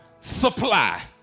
Supply